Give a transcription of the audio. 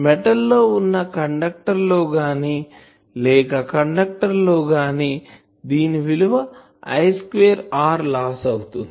metal లో వున్న conductor లో గాని లేక కండక్టర్ లో గాని దీని విలువ I స్క్వేర్ R లాస్ అవుతుంది